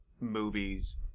movies